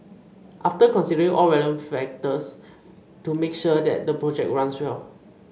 after considering all relevant factors to make sure that the project runs well